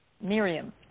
Miriam